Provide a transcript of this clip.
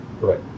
Right